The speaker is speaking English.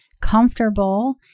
comfortable